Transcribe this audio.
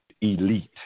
elite